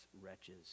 wretches